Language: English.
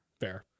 fair